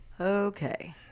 Okay